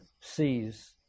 sees